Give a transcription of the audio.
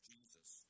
Jesus